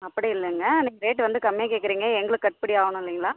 அப்படி இல்லைங்க நீங்கள் ரேட் வந்து கம்மியாக கேக்கிறீங்க எங்களுக்கு கட்டுப்படி ஆகணும் இல்லைங்களா